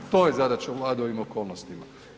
To je zadaća Vlade u ovim okolnostima.